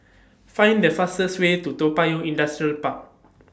Find The fastest Way to Toa Payoh Industrial Park